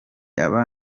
aba